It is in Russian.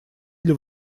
для